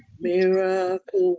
miracle